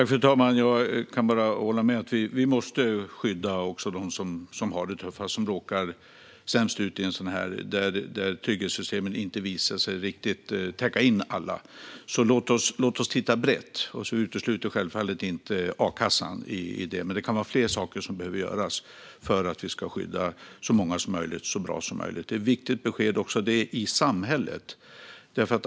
Fru talman! Jag kan bara hålla med om att vi måste skydda dem som har det tuffast och som råkar sämst ut där trygghetssystemen inte visar sig täcka in alla. Låt oss titta brett och självfallet inte utesluta a-kassan, men det kan vara fler saker som behöver göras för att skydda så många som möjligt så bra som möjligt. Detta är ett viktigt besked i samhället.